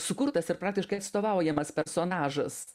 sukurtas ir praktiškai atstovaujamas personažas